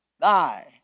thy